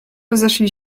rozeszli